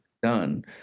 done